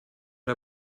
der